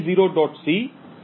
c T1